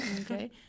okay